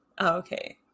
Okay